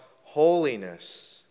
holiness